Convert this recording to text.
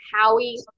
Howie